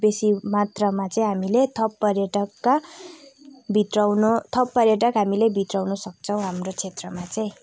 बेसी मात्रामा चाहिँ हामीले थप पर्यटकका भित्राउनु थप पर्यटक हामीले भित्राउनु सक्छौँ हाम्रो क्षेत्रमा चाहिँ